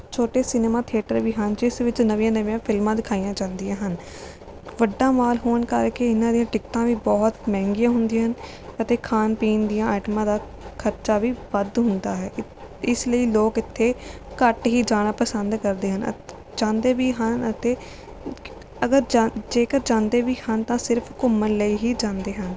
ਛੋਟੇ cinema theatre ਵੀ ਹਨ ਜਿਸ ਵਿੱਚ ਨਵੀਆਂ ਨਵੀਆਂ ਫਿਲਮਾਂ ਦਿਖਾਈਆਂ ਜਾਂਦੀਆਂ ਹਨ ਵੱਡਾ ਮਾਲ ਹੋਣ ਕਰਕੇ ਇਨ੍ਹਾਂ ਦੀਆਂ ਟਿਕਟਾਂ ਵੀ ਬਹੁਤ ਮਹਿੰਗੀਆਂ ਹੁੰਦੀਆਂ ਹਨ ਅਤੇ ਖਾਣ ਪੀਣ ਦੀਆਂ ਆਈਟਮਾਂ ਦਾ ਖਰਚਾ ਵੀ ਵੱਧ ਹੁੰਦਾ ਹੈ ਇਸ ਲਈ ਲੋਕ ਇੱਥੇ ਘੱਟ ਹੀ ਜਾਣਾ ਪਸੰਦ ਕਰਦੇ ਹਨ ਜਾਂਦੇ ਵੀ ਹਨ ਅਤੇ ਅਗਰ ਜਾ ਜੇਕਰ ਜਾਂਦੇ ਵੀ ਹਨ ਤਾਂ ਸਿਰਫ ਘੁੰਮਣ ਲਈ ਹੀ ਜਾਂਦੇ ਹਨ